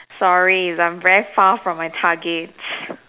sorry is I'm very far from my targets